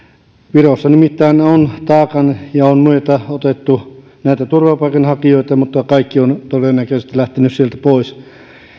virossa nimittäin on taakanjaon myötä otettu näitä turvapaikanhakijoita mutta kaikki ovat todennäköisesti lähteneet sieltä pois suomeen suuri osa